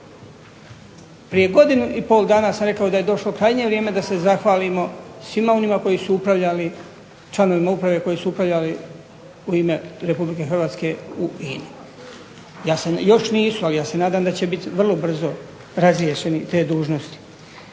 Prije godinu i pol dana sam rekao da je došlo krajnje vrijeme da se zahvalimo svima onima koji su upravljali, članovima uprave koji su upravljali u ime Republike Hrvatske u INA-i. Ja se, još nisu ali ja se nadam da će biti vrlo brzo razriješeni te dužnosti.